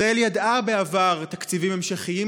ישראל ידעה בעבר תקציבים המשכיים,